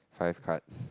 five cards